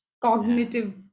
cognitive